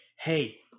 hey